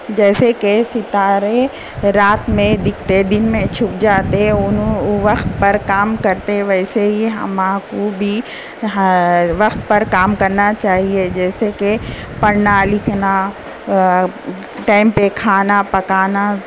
جیسے کہ ستارے رات میں دکھتے دن میں چھپ جاتے انہوں وقت پر کام کرتے ویسے ہی ہمارے کو بھی وقت پر کام کرنا چاہیے جیسے کہ پڑھنا لکھنا ٹائم پہ کھانا پکانا